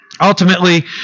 Ultimately